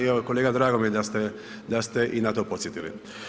I evo kolega drago mi je da ste i na to podsjetili.